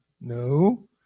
No